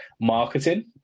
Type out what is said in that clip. marketing